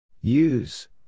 Use